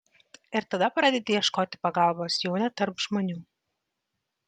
ir tada pradedi ieškoti pagalbos jau ne tarp žmonių